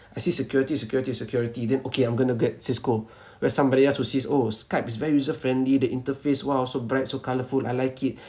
I see security security security then okay I'm going to get cisco whereas somebody else would says oh skype it's very user friendly the interface !wow! so bright so colourful I like it